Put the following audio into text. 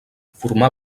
formà